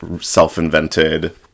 self-invented